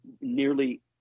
nearly